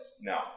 No